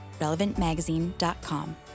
relevantmagazine.com